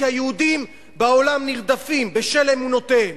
כי היהודים בעולם נרדפים בשל אמונותיהם.